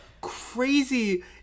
crazy